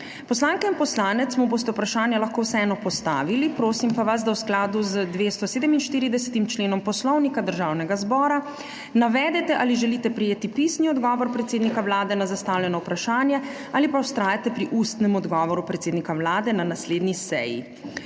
Poslanke in poslanec mu boste vprašanja lahko vseeno postavili, prosim pa vas, da v skladu z 247. členom Poslovnika Državnega zbora navedete, ali želite prejeti pisni odgovor predsednika Vlade na zastavljeno vprašanje ali pa vztrajate pri ustnem odgovoru predsednika Vlade na naslednji seji.